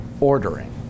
ordering